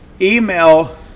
email